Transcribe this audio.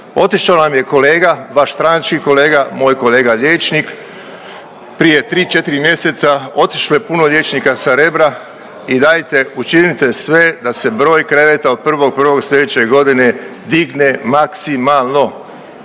Otišao nam je kolega, vaš stranački kolega, moj kolega liječnik prije 3, 4 mjeseca, otišlo je puno liječnika sa Rebra i dajte, učinite sve da se broj kreveta od 1.1. sljedeće godine digne maksimalno.